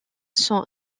sont